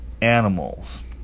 animals